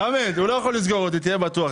חמד, הוא לא יכול לסגור אותי, תהיה בטוח.